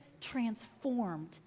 transformed